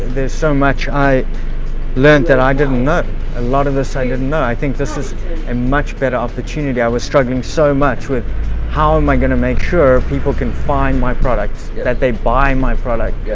there's so much i learned that i didn't know a lot of this. i didn't know, i think this is a and much better opportunity. i was struggling so much with how am i going to make sure people can find my products, that they buy my product,